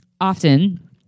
often